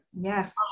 yes